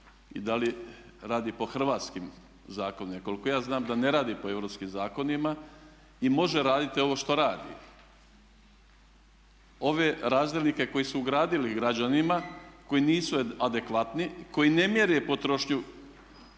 i da li radi po hrvatskim zakonima? Koliko ja znam da ne radi po europskim zakonima i može raditi ovo što radi. Ove razdjelnike koje su ugradili građanima koji nisu adekvatni, koji ne mjere potrošnju